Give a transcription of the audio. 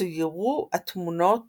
צוירו התמונות